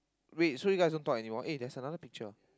wait so you guys don't talk anymore eh there's another picture